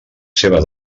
seva